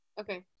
Okay